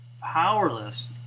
powerless